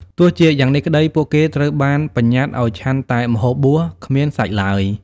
ទោះជាយ៉ាងនេះក្តី ពួកគេត្រូវបានបញ្ញត្តិឱ្យឆាន់តែម្ហូបបួស គ្មានសាច់ឡើយ។